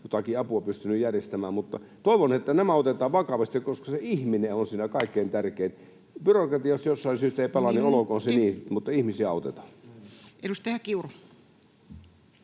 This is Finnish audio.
jotakin apua pystynyt järjestämään, mutta toivon, että nämä otetaan vakavasti, koska se ihminen on siinä kaikkein tärkein. Byrokratia jos jostain syystä ei pelaa, [Puhemies: Minuutti!] niin olkoon se niin, mutta ihmisiä autetaan. Edustaja Kiuru.